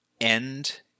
end